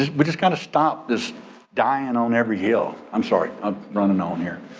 we just kind of stopped this dying on every hill. i'm sorry, i'm running on here.